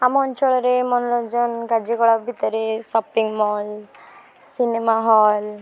ଆମ ଅଞ୍ଚଳରେ ମନୋରଞ୍ଜନ କାର୍ଯ୍ୟକଳାପ ଭିତରେ ସପିଂ ମଲ୍ ସିନେମା ହଲ୍